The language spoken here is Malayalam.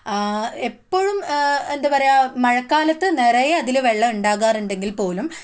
എപ്പോഴും എന്താ പറയാ മഴക്കാലത്ത് നിറയെ അതിൽ വെള്ളം ഉണ്ടാകാറുണ്ടെങ്കിൽ പോലും